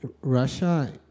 Russia